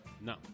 No